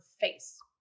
face